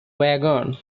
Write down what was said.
wagon